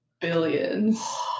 billions